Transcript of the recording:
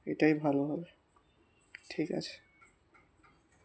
এটাই ভালো হবে ঠিক আছে